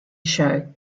show